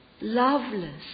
loveless